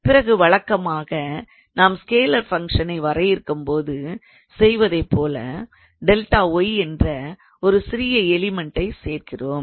பிறகு வழக்கமாக நாம் ஸ்கேலார் ஃபங்க்ஷனை வரையறுக்கும்போது செய்வதைப்போல் 𝛿𝑦 என்ற ஒரு சிறிய எலிமென்ட்டை சேர்க்கிறோம்